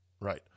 Right